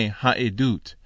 haedut